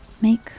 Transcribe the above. Make